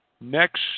next